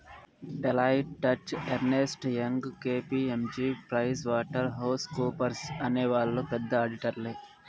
Deloitte, Touche Ernst, Young KPMG Pricewaterhouse కూపర్స్అనే వాళ్ళు పెద్ద ఆడిటర్లే